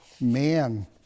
man